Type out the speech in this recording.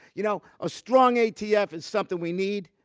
you know a strong atf is something we need,